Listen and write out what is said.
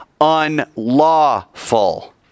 unlawful